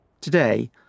Today